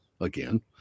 Again